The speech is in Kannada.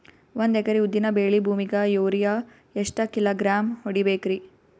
ಒಂದ್ ಎಕರಿ ಉದ್ದಿನ ಬೇಳಿ ಭೂಮಿಗ ಯೋರಿಯ ಎಷ್ಟ ಕಿಲೋಗ್ರಾಂ ಹೊಡೀಬೇಕ್ರಿ?